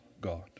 God